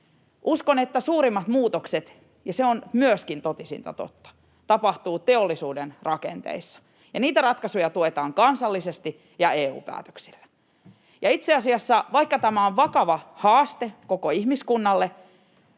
Uskon, että suurimmat muutokset — ja se on myöskin totisinta totta — tapahtuvat teollisuuden rakenteissa, ja niitä ratkaisuja tuetaan kansallisesti ja EU-päätöksillä. Ja itse asiassa, vaikka tämä on vakava haaste koko ihmiskunnalle,